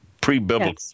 pre-biblical